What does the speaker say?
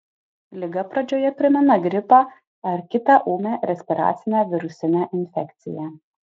liga pradžioje primena gripą ar kitą ūmią respiracinę virusinę infekciją